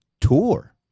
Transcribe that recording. tour